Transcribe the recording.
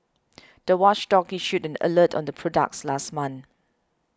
the watchdog issued an alert on the products last month